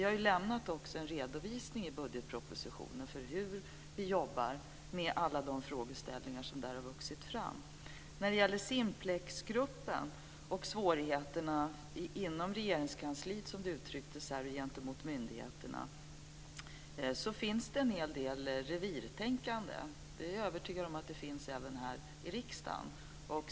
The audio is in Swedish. I budgetpropositionen har vi lämnat en redovisning för hur vi jobbar med alla de frågeställningar som har vuxit fram där. Sedan gällde det Simplexgruppen och de svårigheter som har funnits inom Regeringskansliet och gentemot myndigheterna. Det finns en hel del revirtänkande här. Jag är övertygad om att det finns även här i riksdagen.